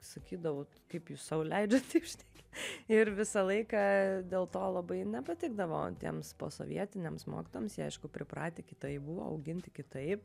sakydavau kaip jūs sau leidžiat taip šnekėt ir visą laiką dėl to labai nepatikdavo tiems posovietiniams mokytojams jie aišku pripratę kitaip buvo auginti kitaip